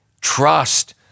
trust